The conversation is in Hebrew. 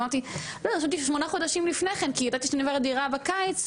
אמרתי לא רשמתי שמונה חודשים לפני כן כי ידעתי שאני עוברת דירה בקיץ,